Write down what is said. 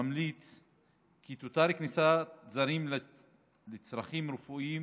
ממליץ כי תותר כניסת זרים לצרכים רפואיים